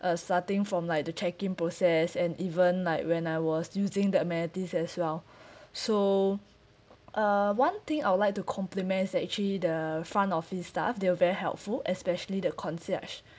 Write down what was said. uh starting from like the check in process and even like when I was using the amenities as well so uh one thing I would like to compliment is that actually the front office staff they were very helpful especially the concierge